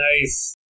Nice